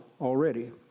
already